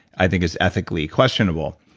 i think it's ethically questionable,